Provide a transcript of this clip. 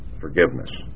forgiveness